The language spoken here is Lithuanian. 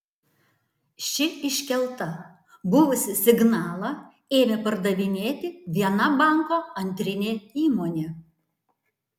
ši iškelta buvusį signalą ėmė pardavinėti viena banko antrinė įmonė